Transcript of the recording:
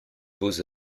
beaux